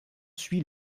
suit